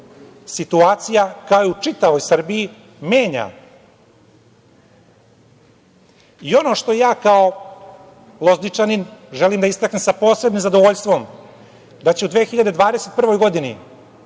situacija kao i u čitavoj Srbiji menja. Ono što ja kao Lozničanin želim da istaknem sa posebnim zadovoljstvom, da će u 2021. godini